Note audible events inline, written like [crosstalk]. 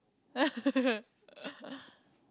[laughs]